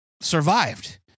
survived